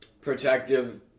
protective